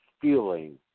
feeling